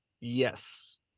Yes